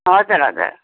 हजुर हजुर